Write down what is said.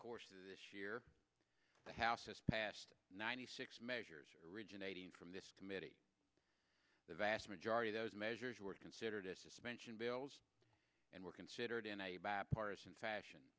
course of this year the house has passed ninety six measures originating from this committee the vast majority of those measures were considered a suspension bills and were considered in a bipartisan fashion